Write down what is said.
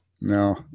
No